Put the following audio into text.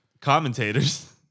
commentators